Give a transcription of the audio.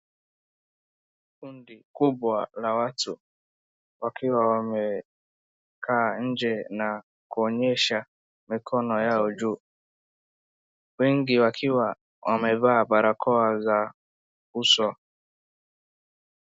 Kundi kubwa la watu wakiwa wamekaa nje na kuonyesha mikono yao juu. Wengi wakiwa wamevaa barakoa za uso.